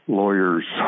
lawyers